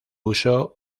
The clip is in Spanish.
uso